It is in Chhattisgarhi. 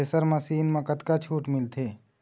थ्रेसर मशीन म कतक छूट मिलथे?